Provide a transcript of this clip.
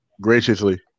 Graciously